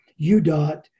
UDOT